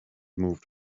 moved